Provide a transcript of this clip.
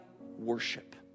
worship